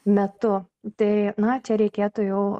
metu tai na čia reikėtų jau